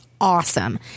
awesome